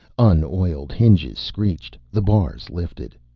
unoiled hinges screeched the bars lifted.